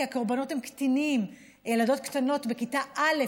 כי הקורבנות הם קטינים, ילדות קטנות בכיתה א'.